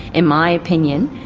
in my opinion,